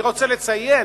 אני רוצה לציין,